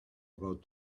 about